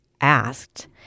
asked